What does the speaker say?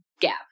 gap